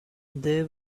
there